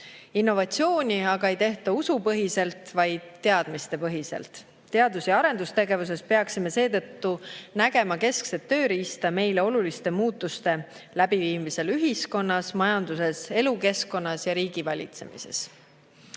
Innovatsiooni aga ei tehta usupõhiselt, vaid teadmistepõhiselt. Teadus- ja arendustegevuses peaksime seetõttu nägema keskset tööriista meile oluliste muutuste läbiviimisel ühiskonnas, majanduses, elukeskkonnas ja riigivalitsemises. Iga